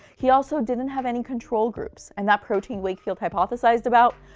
he also didn't have any control groups. and that protein wakefield hypothesized about,